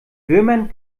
würmern